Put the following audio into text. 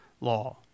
law